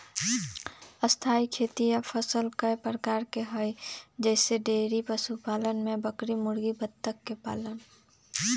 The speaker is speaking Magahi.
स्थाई खेती या फसल कय प्रकार के हई जईसे डेइरी पशुपालन में बकरी मुर्गी बत्तख के पालन